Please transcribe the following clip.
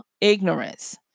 ignorance